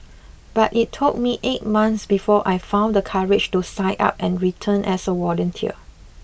but it took me eight months before I found the courage to sign up and return as a volunteer